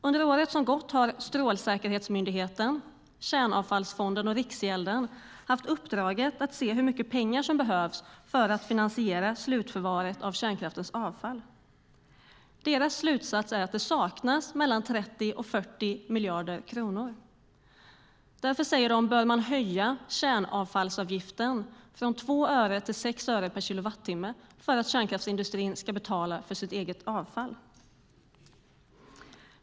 Under året som gått har Strålsäkerhetsmyndigheten, Kärnavfallsfonden och Riksgälden haft uppdraget att se hur mycket pengar som behövs för att finansiera slutförvaret av kärnkraftens avfall. Deras slutsats är att det saknas 30-40 miljarder kronor. Därför bör kärnavfallsavgiften höjas från 2 öre till 6 öre per kilowattimme så att kärnkraftsindustrin betalar för sitt eget avfall.